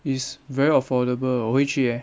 it's very affordable 我会去 eh